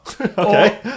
okay